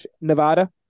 Nevada